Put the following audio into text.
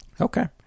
Okay